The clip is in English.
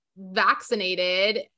vaccinated